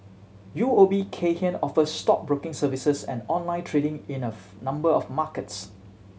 U O B Kay Hian offers stockbroking services and online trading in a number of markets